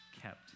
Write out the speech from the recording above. kept